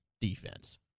defense